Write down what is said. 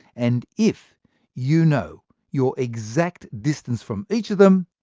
and if you know your exact distance from each of them,